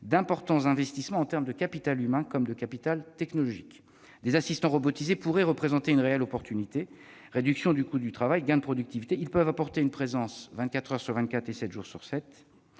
d'importants investissements en termes de capital humain comme de capital technologique. Le déploiement d'assistants robotisés pourrait représenter une réelle opportunité en termes de réduction du coût du travail ou de gains de productivité. Ils peuvent apporter une présence 24 heures sur 24 et 7 jours